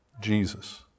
Jesus